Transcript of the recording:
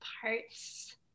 parts